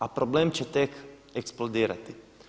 A problem će tek eksplodirati.